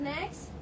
Next